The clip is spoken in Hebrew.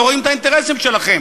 לא רואים את האינטרסים שלכם?